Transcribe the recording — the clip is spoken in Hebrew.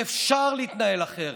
ואפשר להתנהל אחרת,